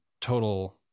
total